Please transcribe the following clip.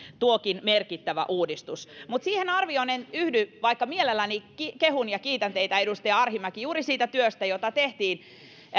tuokin merkittävä uudistus mutta siihen arvioonne en yhdy vaikka mielelläni kehun ja kiitän teitä edustaja arhinmäki juuri siitä työstä jota tehtiin